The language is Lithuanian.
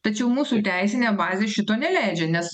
tačiau mūsų teisinė bazė šito neleidžia nes